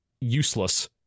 useless